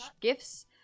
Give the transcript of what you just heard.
gifts